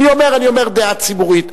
אני אומר דעה ציבורית.